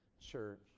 Church